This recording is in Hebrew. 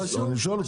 אני שואל אותך.